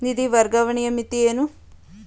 ನಿಧಿ ವರ್ಗಾವಣೆಯ ಮಿತಿ ಏನು?